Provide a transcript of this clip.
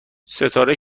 ستاره